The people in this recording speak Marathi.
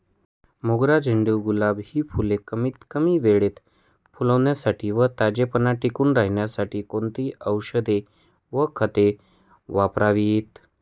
मोगरा, झेंडू, गुलाब हि फूले कमीत कमी वेळेत फुलण्यासाठी व ताजेपणा टिकून राहण्यासाठी कोणती औषधे व खते वापरावीत?